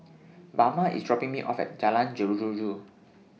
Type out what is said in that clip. Bama IS dropping Me off At Jalan Jeruju